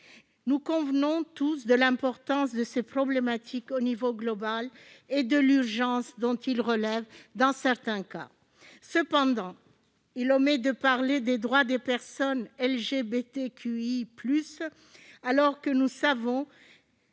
Nous convenons tous de l'importance de ces enjeux au niveau global et de l'urgence dont ils relèvent dans certains cas. Cependant, le texte omet de parler des droits des personnes LGBTQI+, alors que nous savons